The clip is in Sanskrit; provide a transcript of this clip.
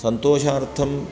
सन्तोषार्थं